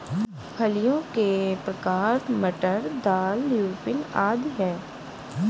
फलियों के प्रकार मटर, दाल, ल्यूपिन आदि हैं